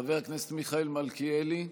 חבר הכנסת מיכאל מלכיאלי,